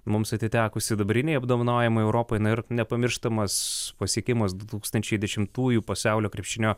mums atiteko sidabriniai apdovanojimai europoje na ir nepamirštamas pasiekimas du tūkstančiai dešimtųjų pasaulio krepšinio